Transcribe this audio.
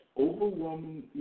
overwhelming